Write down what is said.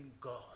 God